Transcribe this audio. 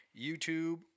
YouTube